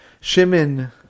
Shimon